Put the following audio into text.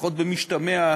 לפחות במשתמע,